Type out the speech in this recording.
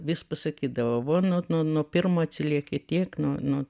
ir vis pasakydavo vo nuo nuo nuo pirmo atsilieki tiek nuo nuo